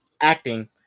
acting